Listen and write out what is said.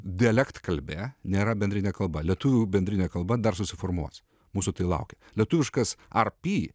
dialektkalbė nėra bendrinė kalba lietuvių bendrinė kalba dar susiformuos mūsų laukia lietuviškas arpi